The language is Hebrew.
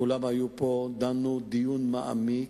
כולם היו פה ודנו דיון מעמיק,